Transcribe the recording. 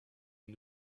une